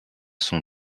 son